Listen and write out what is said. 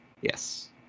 Yes